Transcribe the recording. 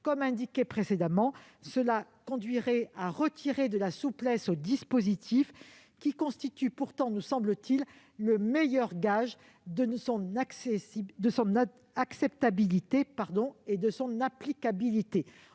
amendement conduirait à retirer de la souplesse au dispositif, qui constitue pourtant, nous semble-t-il, le meilleur gage de son acceptabilité et de son applicabilité.